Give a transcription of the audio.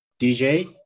DJ